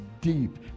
deep